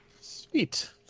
Sweet